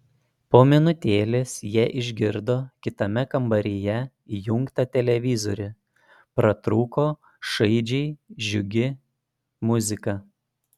po minutėlės jie išgirdo kitame kambaryje įjungtą televizorių pratrūko šaižiai džiugi muzika